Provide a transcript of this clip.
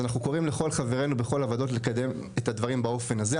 אז אנחנו קוראים לחברי כל הוועדות לקדם את הדברים באופן הזה.